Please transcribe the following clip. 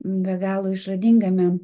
be galo išradingame